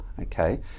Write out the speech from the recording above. Okay